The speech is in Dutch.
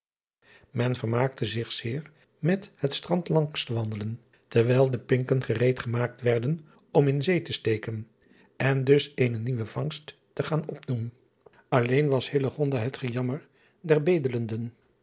en vermaakte zich zeer met het strand langs te wandelen terwijl de pinken gereed gemaakt werden om in zee te steken en dus eene nieuwe vangst te gaan opdoen lleen was het gejammer der bedelenden